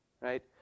right